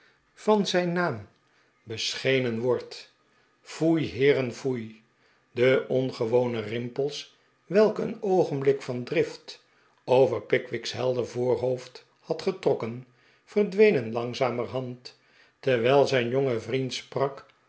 van zijn naam beschenen wordt foei heeren foei de ongewone rimpels welke een oogenblik van drift over pickwick's helder voorhoofd had getrokken verdwenen langzamerhand terwijl zijn jonge vriend sprak